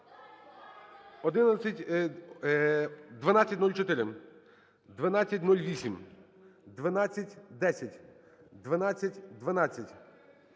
1204, 1208, 1210, 1212,